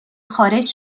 خارج